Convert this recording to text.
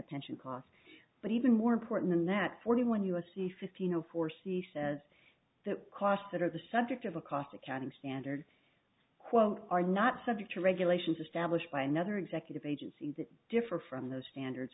pension costs but even more important than that forty one u s c fifteen zero four c says that costs that are the subject of a cost accounting standard quote are not subject to regulations established by another executive agency that differ from those standards